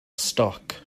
stoc